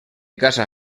casa